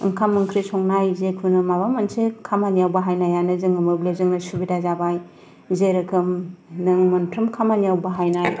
ओंखाम ओंख्रि संनाय जेखुनु मायबा मोनसे संनाय खामानियाव बाहायनायानो जों मोब्लिबजोंनो सुबिदा जाबाय जेरोखोम नों मोनफ्रोम खामानियाव बाहायनाय